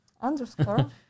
Underscore